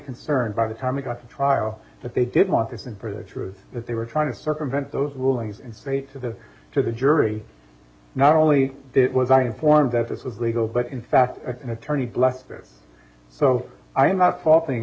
concerned by the time it got to trial that they didn't want this in for the truth that they were trying to circumvent those rulings and say to the to the jury not only was an informed that this was legal but in fact an attorney blessed it so i am not faulting